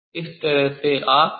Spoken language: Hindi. इस तरह से आप कंटिन्यू करते हैं